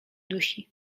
dusi